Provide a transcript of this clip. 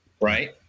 Right